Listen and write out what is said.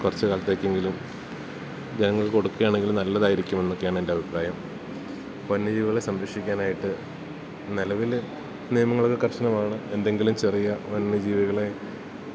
കുറച്ച് കാലത്തേക്കെങ്കിലും ജനങ്ങൾക്ക് കൊടുക്കുക ആണെങ്കിലും നല്ലതായിരിക്കും എന്നൊക്കെയാണ് എൻ്റെ അഭിപ്രായം വന്യജീവികളെ സംരക്ഷിക്കാനായിട്ട് നിലവിൽ നിയമങ്ങളൊക്കെ കർശനമാണ് എന്തെങ്കിലും ചെറിയ വന്യജീവികളെ